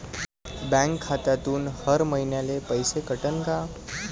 Bank खात्यातून हर महिन्याले पैसे कटन का?